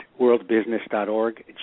worldbusiness.org